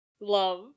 Love